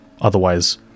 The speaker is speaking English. Otherwise